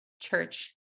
church